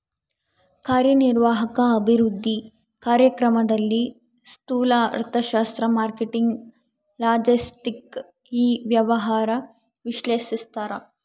ಕಾರ್ಯನಿರ್ವಾಹಕ ಅಭಿವೃದ್ಧಿ ಕಾರ್ಯಕ್ರಮದಲ್ಲಿ ಸ್ತೂಲ ಅರ್ಥಶಾಸ್ತ್ರ ಮಾರ್ಕೆಟಿಂಗ್ ಲಾಜೆಸ್ಟಿಕ್ ಇ ವ್ಯವಹಾರ ವಿಶ್ಲೇಷಿಸ್ತಾರ